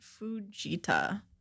Fujita